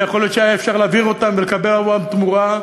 ויכול להיות שהיה אפשר להעביר אותם ולקבל בעבורם תמורה,